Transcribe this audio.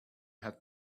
had